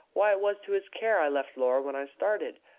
why, it was to his care i left laura when i started.